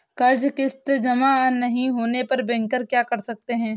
कर्ज कि किश्त जमा नहीं होने पर बैंकर क्या कर सकते हैं?